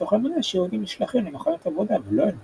מתוך אמונה שהיהודים נשלחים למחנות עבודה ולא אל מותם.